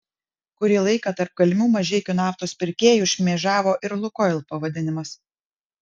kurį laiką tarp galimų mažeikių naftos pirkėjų šmėžavo ir lukoil pavadinimas